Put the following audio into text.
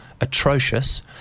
atrocious